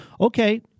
Okay